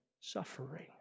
suffering